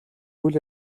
үйл